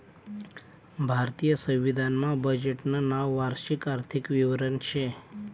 भारतीय संविधान मा बजेटनं नाव वार्षिक आर्थिक विवरण शे